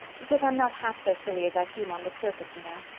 because i'm not half so silly as i seem on the surface, you know.